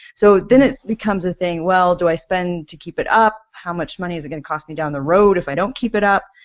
so then it becomes a thing, well, do i spend to keep it up? how much money is it going to cost me down the road if i don't keep it up?